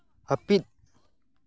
ᱦᱟᱹᱯᱤᱫ